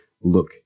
look